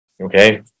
Okay